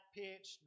pitch